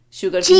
sugar